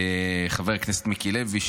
וחבר הכנסת מיקי לוי,